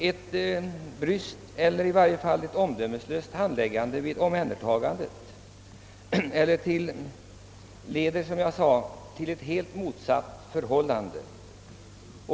Ett bryskt — eller i varje fall omdömeslöst — handläggande av sådana ärenden leder till det rakt motsatta.